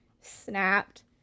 snapped